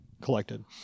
collected